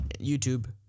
YouTube